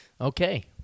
Okay